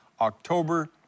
October